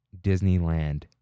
Disneyland